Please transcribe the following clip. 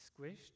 squished